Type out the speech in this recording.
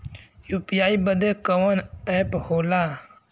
UPI बदे कवन app होला?